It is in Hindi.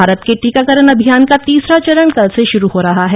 भारत के टीकाकरण अभियान का तीसरा चरण कल से शुरू हो रहा है